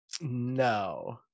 no